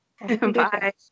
bye